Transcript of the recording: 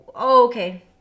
okay